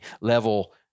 level